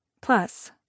Plus